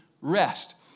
rest